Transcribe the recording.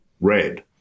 red